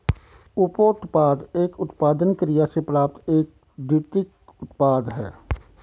उपोत्पाद एक उत्पादन प्रक्रिया से प्राप्त एक द्वितीयक उत्पाद है